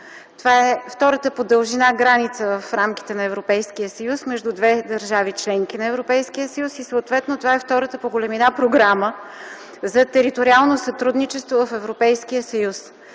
Това е втората по дължина граница в рамките на Европейския съюз между две държави – членки на Европейския съюз, и съответно - втората по големина програма за териториално сътрудничество в Европейския съюз.